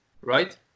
right